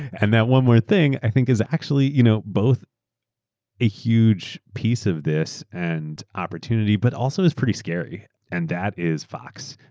and that one more thing i think is actually you know both a huge piece of this and opportunity, but also itas pretty scary and that is fox.